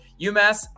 UMass